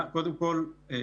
כל ההקפדה הזאת,